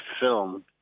film